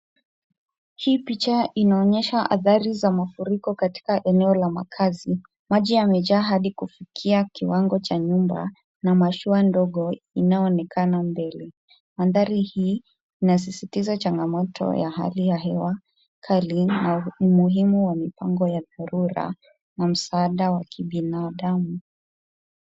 Hii picha inaonyesha adhari za mafuriko katika eneo la makazi. Maji yamejaa adi kufikia kiwango cha nyumba na mashua ndogo inaonekana mbele. Mandhari hii inasisitiza changamoto ya hali ya hewa kali na umuhimu wa mipango ya dharura na msaada wa kibinadamu.